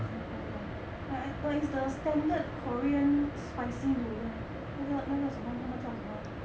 太过辣 but it it is the standard korean spicy noodle 那个那个什么他们叫什么